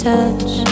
Touch